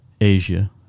Asia